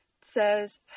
says